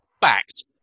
fact